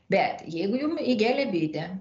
bet jeigu jum įgėlė bitė